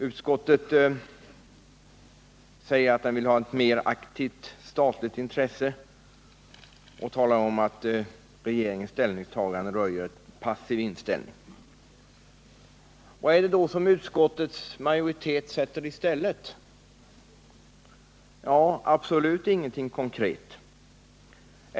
Utskottet säger att det vill ha ett mer aktivt statligt intresse och ” skriver att regeringens ställningstagande röjer en passiv inställning. Vad är det då som utskottsmajoriteten sätter i stället? Det är absolut ingenting konkret.